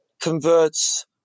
converts